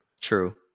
True